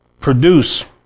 produce